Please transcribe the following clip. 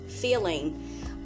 feeling